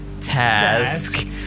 task